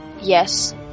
Yes